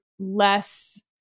less